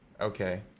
Okay